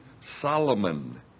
Solomon